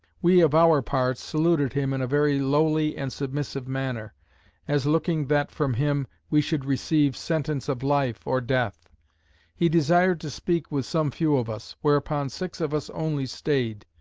we of our parts saluted him in a very lowly and submissive manner as looking that from him, we should receive sentence of life, or death he desired to speak with some few of us whereupon six of us only staid,